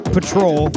Patrol